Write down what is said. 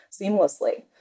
seamlessly